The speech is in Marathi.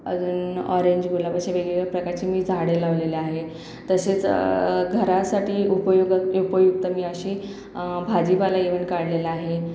अजून ऑरेंज गुलाब अशी वेगवेगळ्या प्रकारची मी झाडं लावलेली आहेत तसेच घरासाठी उपयुग उपयुक्त मी अशी भाजीपाला इव्हन काढलेला आहे